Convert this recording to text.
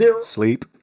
sleep